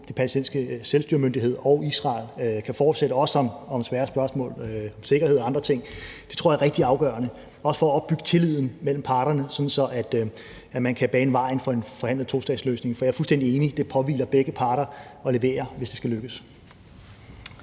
den palæstinensiske selvstyremyndighed og Israel kan fortsætte – også om svære spørgsmål som sikkerhed og andre ting. Det tror jeg er rigtig afgørende – også for at opbygge tilliden mellem parterne, sådan at man kan bane vejen for en forhandlet tostatsløsning. For jeg er fuldstændig enig: Det påhviler begge parter at levere, hvis det skal lykkes.